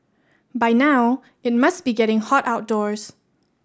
by now it must be getting hot outdoors